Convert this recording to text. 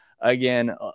again